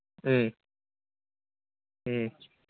ꯎꯝ ꯎꯝ